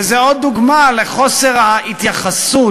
וזו עוד דוגמה לחוסר ההתייחסות,